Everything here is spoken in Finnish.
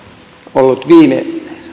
ollut viime